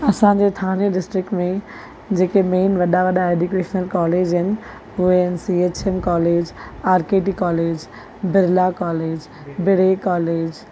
असांजे ठाणे डिस्ट्रिक्ट में जेके मेन वॾा वॾा एड्यूकेशनल कॉलेज आहिनि उहे आहिनि C H M college R K T college Birla college B Ed college